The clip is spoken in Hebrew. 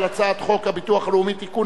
על הצעת חוק הביטוח הלאומי (תיקון,